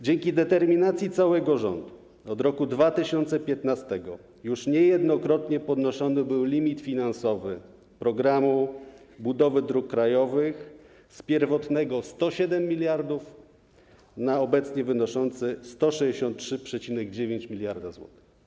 Dzięki determinacji całego rządu od roku 2015 niejednokrotnie podnoszony był limit finansowy programu budowy dróg krajowych z pierwotnej wysokości 107 mld zł do obecnej wysokości 163,9 mld zł.